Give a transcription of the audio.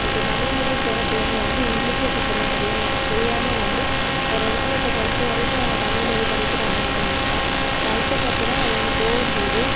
இப்போ தமிழ் மீடியம் போகிற பிள்ளைங்க வந்து இங்கிலிஷூம் சுத்தமாக தெரிய தெரியாமல் வந்து ஒரு இடத்தில் இப்போ ட்வெல்த் வரைக்கும் அவங்க தமிழ் மொழி படிக்கிறாங்க அப்படின்னாக்கா ட்வெல்த்க்கு அப்பறோம் அவங்க போகும் போது